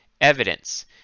evidence